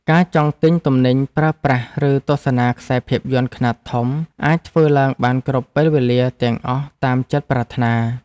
ការចង់ទិញទំនិញប្រើប្រាស់ឬទស្សនាខ្សែភាពយន្តខ្នាតធំអាចធ្វើឡើងបានគ្រប់ពេលវេលាទាំងអស់តាមចិត្តប្រាថ្នា។